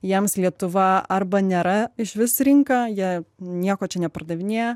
jiems lietuva arba nėra išvis rinka jie nieko čia nepardavinėja